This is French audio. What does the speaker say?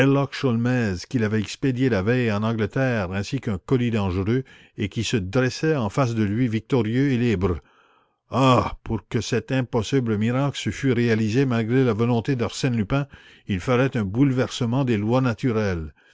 qu'il avait expédié la veille en angleterre ainsi qu'un colis dangereux et qui se dressait en face de lui victorieux et libre ah pour que cet impossible miracle se fût réalisé malgré la volonté d'arsène lupin il fallait un bouleversement des lois naturelles